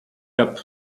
cap